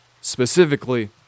specifically